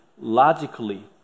logically